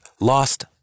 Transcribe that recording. lost